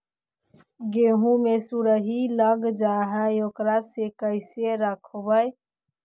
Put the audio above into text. गेहू मे सुरही लग जाय है ओकरा कैसे रखबइ?